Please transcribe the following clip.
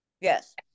Yes